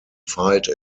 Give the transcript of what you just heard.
filed